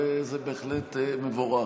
וזה בהחלט מבורך.